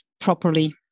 properly